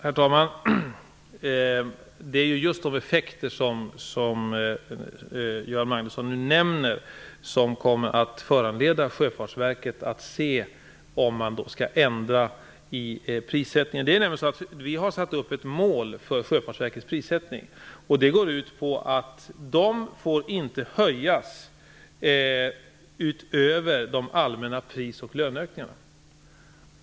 Herr talman! Det är just de effekter som Göran Magnusson nu nämner som kommer att föranleda Sjöfartsverket att se om man skall göra ändringar i prissättningen. Vi har nämligen satt upp ett mål för Sjöfartsverkets prissättning som går ut på att priserna inte får höjas utöver de allmänna prisoch löneökningarna.